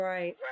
Right